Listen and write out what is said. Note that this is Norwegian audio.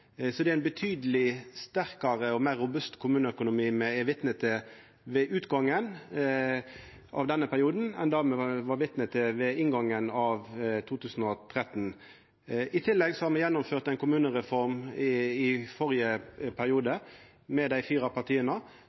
Så det er ein betydeleg sterkare og meir robust kommuneøkonomi me er vitne til ved utgangen av denne perioden, enn det me var vitne til ved inngangen av 2013. I tillegg har me gjennomført ei kommunereform med dei fire partia,